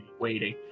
waiting